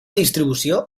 distribució